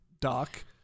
Doc